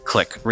Click